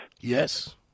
Yes